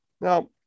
Now